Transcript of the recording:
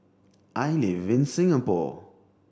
I live in Singapore